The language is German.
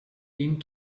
ihm